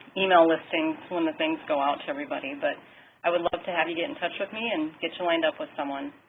email listings when the things go out to everybody. but i would love to have you get in touch with me and get you lined up with someone.